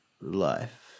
life